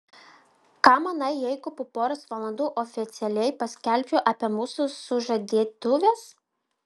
ką manai jeigu po poros valandų oficialiai paskelbčiau apie mūsų sužadėtuves